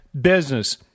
business